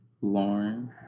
Lauren